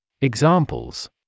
Examples